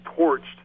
torched